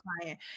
client